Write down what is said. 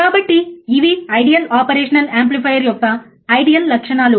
కాబట్టి ఇవి ideal operational amplifier యొక్క ఐడియల్ లక్షణాలు